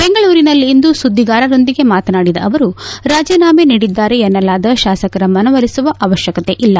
ಬೆಂಗಳೂರಿನಲ್ಲಿಂದು ಸುದ್ದಿಗಾರರೊಂದಿಗೆ ಮಾತನಾಡಿದ ಅವರು ರಾಜೀನಾಮೆ ನೀಡಿದ್ದಾರೆ ಎನ್ನಲಾದ ಶಾಸಕರ ಮನವೊಲಿಸುವ ಅವಶ್ಯಕತೆ ಇಲ್ಲ